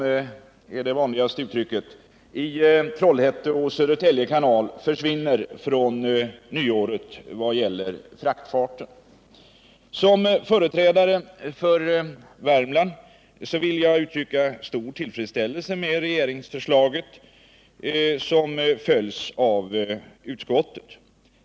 Det innebär att kanalavgifterna, som är det vanliga uttrycket, i Trollhätte och Södertälje kanaler försvinner från nyåret vad gäller fraktfarten. Som företrädare för Värmland vill jag uttrycka stor tillfredsställelse med regeringsförslaget, som följs av utskottet.